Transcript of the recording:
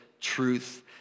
truth